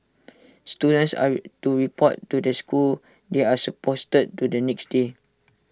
students are re to report to the school they are supposed to the next day